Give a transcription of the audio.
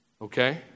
Okay